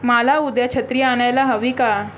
मला उद्या छत्री आणयला हवी का